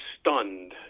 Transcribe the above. stunned